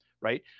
Right